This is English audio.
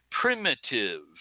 primitive